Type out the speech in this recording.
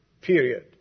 Period